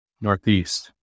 northeast